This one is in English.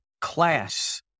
class